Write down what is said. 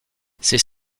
ces